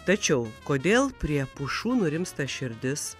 tačiau kodėl prie pušų nurimsta širdis